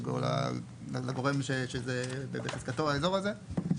לגורם שזה בחזקתו האזור הזה,